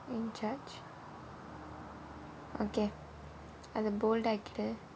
in charge okay அது:athu bold ஆக்கிது:aakithu